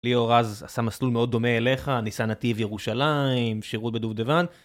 ליאור רז עשה מסלול מאוד דומה אליך, ניסן נתיב ירושלים, שירות בדובדבן.